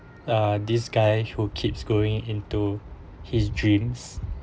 uh this guy who keeps going into his dreams